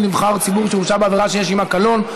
נבחר ציבור שהורשע בעבירה שיש עימה קלון),